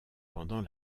pendant